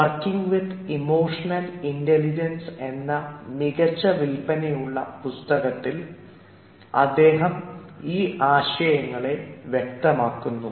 working with emotional intelligence എന്ന മികച്ച വിൽപ്പനയുള്ള പുസ്തകത്തിൽ അദ്ദേഹം ഈ ആശയങ്ങളെ വ്യക്തമാക്കുന്നു